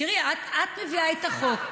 תראי, את מביאה את החוק, את שרה בממשלה.